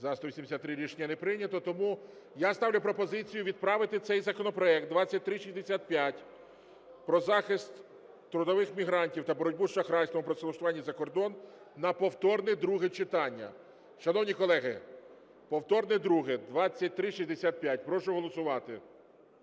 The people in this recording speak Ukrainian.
За-183 Рішення не прийнято. Тому я ставлю пропозицію відправити цей законопроект, 2365, про захист трудових мігрантів та боротьбу з шахрайством у працевлаштуванні за кордон на повторне друге читання. Шановні колеги, повторне друге 2365. Прошу голосувати.